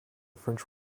french